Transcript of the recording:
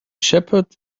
shepherd